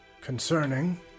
concerning